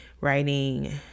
writing